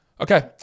Okay